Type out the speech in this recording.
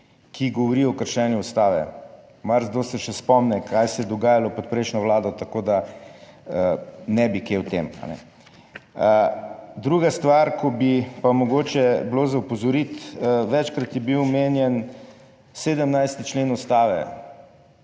ki govori o kršenju Ustave. Marsikdo se še spomni, kaj se je dogajalo pod prejšnjo vlado, tako da ne bi kaj o tem. Druga stvar, ki bi pa mogoče bilo za opozoriti, večkrat je bil omenjen 17. člen Ustave.